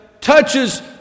touches